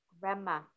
grandma